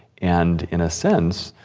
and, in a sense,